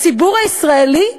הציבור הישראלי,